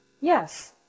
Yes